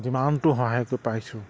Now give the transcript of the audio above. যিমানটো সহায় কৰি পাইছোঁ